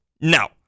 No